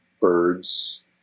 birds